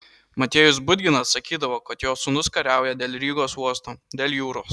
motiejus budginas sakydavo kad jo sūnus kariauja dėl rygos uosto dėl jūros